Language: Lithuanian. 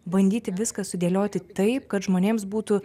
bandyti viską sudėlioti taip kad žmonėms būtų